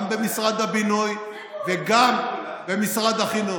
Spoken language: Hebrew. גם במשרד הבינוי וגם במשרד החינוך.